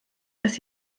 das